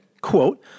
Quote